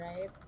right